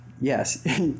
Yes